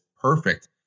perfect